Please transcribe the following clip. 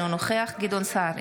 אינו נוכח גדעון סער,